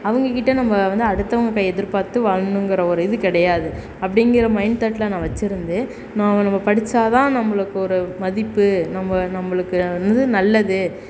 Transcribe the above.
அவங்கக்கிட்ட நம்ம வந்து அடுத்தவங்க கையை எதிர்பார்த்து வாழ்கிணுங்கிற ஒரு இது கிடையாது அப்படிங்கிற மைண்ட் தாட்டில் நான் வச்சிருந்து நான் நம்ம படிச்சால் தான் நம்மளுக்கு ஒரு மதிப்பு நம்ம நம்மளுக்கு வந்து நல்லது